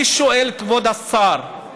אני שואל, כבוד השר,